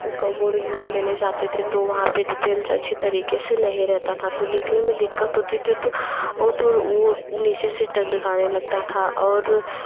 का board exam देने जाते थे तो वहाँ पे जो बेंच अच्छी तरीके से नहीं रहता था तो लिखने में दिक्कत होती थी तो वो तो वो नीचे से डगडगाने लगता था और